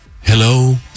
Hello